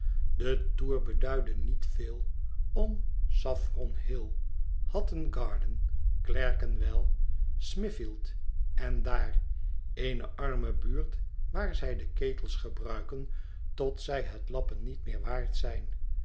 de toer beduidde niet veel om saffron hill hatton garden clerkénwell smiffeld en daar eene arme buurt waar zij de ketels gebruiken tot zij het lappen niet meer waard zijn